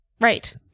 right